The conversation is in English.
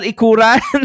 Ikuran